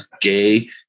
gay